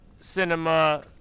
cinema